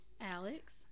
Alex